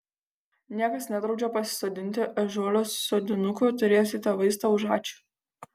niekas nedraudžia pasisodinti ežiuolių sodinukų turėsite vaistą už ačiū